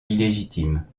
illégitime